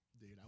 Dude